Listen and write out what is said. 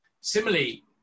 Similarly